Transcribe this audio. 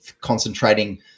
concentrating